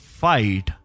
fight